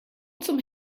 zum